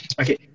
Okay